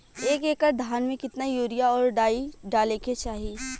एक एकड़ धान में कितना यूरिया और डाई डाले के चाही?